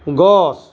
গছ